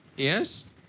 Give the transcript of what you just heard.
Yes